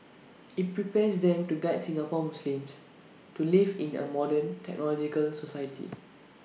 IT prepares them to guide Singapore Muslims to live in A modern technological society